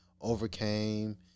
overcame